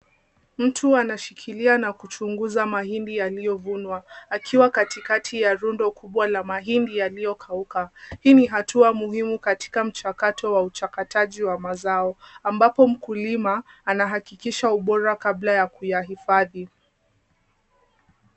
Mtu anashikilia na kuchunguza mahindi yaliyovunwa akiwa katikati ya rundo kubwa la mahindi yaliyokauka. Hii ni hatua muhimu katika mchakato wa uchakataji wa mazao ambapo mkulima anahakikisha ubora kabla ya kuyahifadhi.